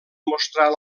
mostrar